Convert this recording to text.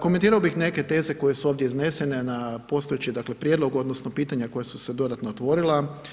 Komentirao bih neke teze koje su ovdje iznesene na postojeći dakle Prijedlog odnosno pitanja koja su se dodatno otvorila.